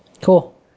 Cool